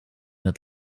het